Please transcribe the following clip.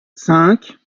cinq